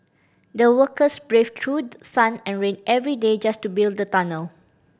the workers braved through sun and rain every day just to build the tunnel